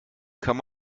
kann